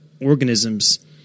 Organisms